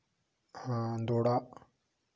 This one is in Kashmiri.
ڈوڈا